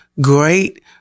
great